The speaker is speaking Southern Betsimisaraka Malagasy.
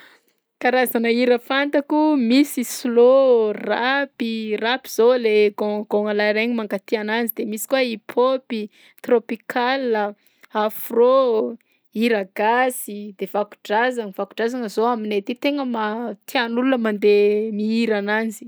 Karazana hira fantako: misy slow, rapy, rapy ao le gaognagaogna lahy regny mankatia anazy misy koa hip-hop, tropical, afro, hira gasy de vakodrazagna, vakodrazagna zao aminay aty tena ma- tian'olona mandeha mihira ananzy.